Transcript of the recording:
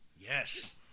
Yes